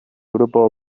grupo